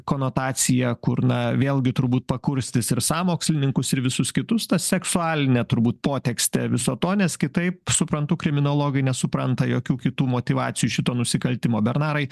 konotacija kur na vėlgi turbūt pakurstys ir sąmokslininkus ir visus kitus tą seksualinę turbūt potekstę viso to nes kitaip suprantu kriminologai nesupranta jokių kitų motyvacijų šito nusikaltimo bernarai